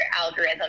algorithm